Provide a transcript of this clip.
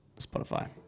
Spotify